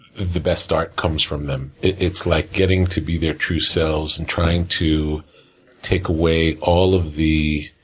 the best art comes from them. it's like getting to be their true selves, and trying to take away all of the